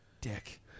Dick